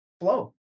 flow